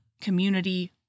community